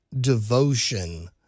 devotion